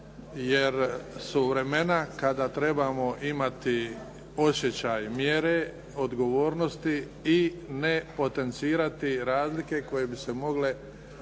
jer su vremena kada trebamo imati osjećaj mjere, odgovornosti i ne potencirati razlike koje bi se mogle negativno